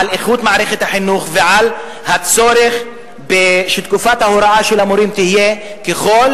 איכות מערכת החינוך ועל הצורך שתקופת ההוראה של המורים תהיה ככל